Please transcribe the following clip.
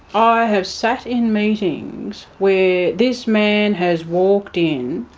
i have sat in meetings where this man has walked in,